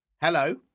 Hello